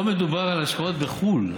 פה מדובר על השקעות בחו"ל.